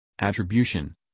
attribution